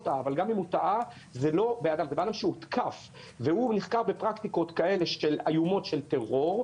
זה אדם שהוא הותקף והוא נחקר בפרקטיקות כאלה איומות של טרור.